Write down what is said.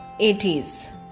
80s